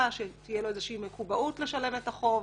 שתהיה לו איזושהי מקובעות לשלם את החוב,